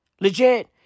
Legit